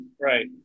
right